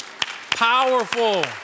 Powerful